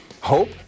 hope